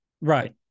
Right